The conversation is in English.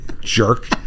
jerk